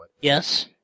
Yes